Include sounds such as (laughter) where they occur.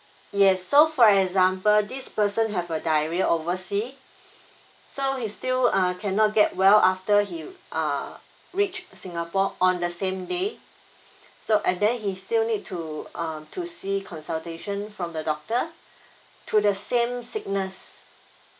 yes so for example this person have a diarrhea overseas so he's still uh cannot get well after he uh reach singapore on the same day (breath) so and then he still need to uh to see consultation from the doctor to the same sickness